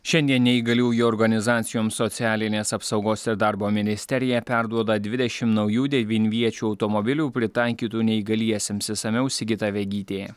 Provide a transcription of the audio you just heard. šiandien neįgaliųjų organizacijoms socialinės apsaugos ir darbo ministerija perduoda dvidešimt naujų devinviečių automobilių pritaikytų neįgaliesiems išsamiau sigita vegytė